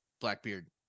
blackbeard